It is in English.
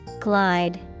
Glide